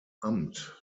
amt